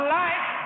life